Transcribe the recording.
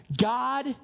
God